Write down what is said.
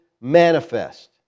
manifest